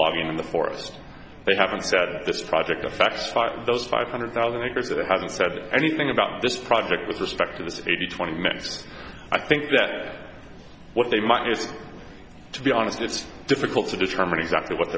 lobbying in the forest they haven't said this project affects those five hundred thousand acres that haven't said anything about this project with respect to this eighty twenty minutes i think that what they might just to be honest it's difficult to determine exactly what